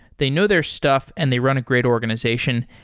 they know their stuff and they run a great organization.